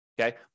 Okay